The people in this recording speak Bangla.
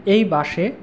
এই বাসে